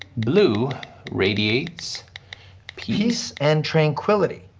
blue radiates peace. and tranquility,